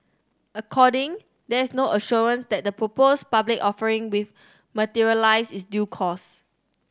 according there is no assurance that the proposed public offering with materialise is due course